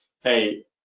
hey